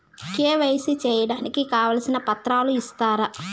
KYC సేయడానికి కావాల్సిన పత్రాలు ఇస్తారా?